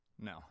No